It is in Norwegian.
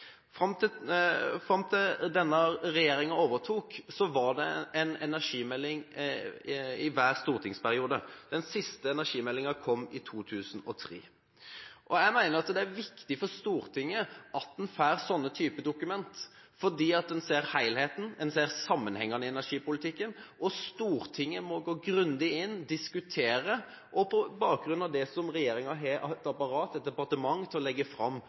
Fram til denne regjeringen overtok, var det en energimelding i hver stortingsperiode. Den siste energimeldingen kom i 2003. Jeg mener det er viktig for Stortinget at en får sånne typer dokument, fordi en ser helheten, en ser sammenhengene i energipolitikken, og Stortinget må gå grundig inn og diskutere på bakgrunn av det som regjeringen gjennom et apparat, et departement, legger fram